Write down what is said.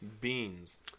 Beans